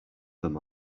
them